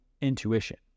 intuition